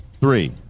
Three